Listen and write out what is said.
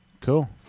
cool